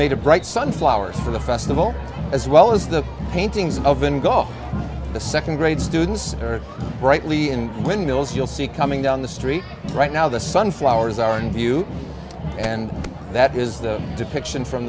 made a bright sun flowers for the festival as well as the paintings of and all the second grade students brightly and windmills you'll see coming down the street right now the sunflowers are in view and that is the